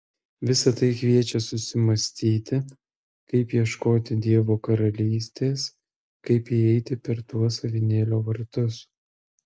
visa tai kviečia susimąstyti kaip ieškoti dievo karalystės kaip įeiti per tuos avinėlio vartus